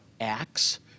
Acts